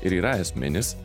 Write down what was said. ir yra esminis